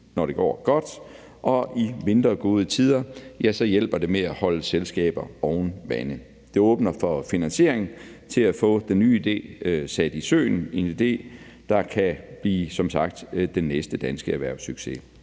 når det går godt, og i mindre gode tider hjælper det med at holde selskaber oven vande. Det åbner for finansiering til at få den nye idé sat i søen – en idé, der som sagt kan blive den næste danske erhvervssucces.